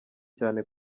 cyane